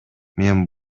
мен